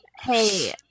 Hey